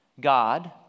God